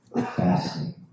fasting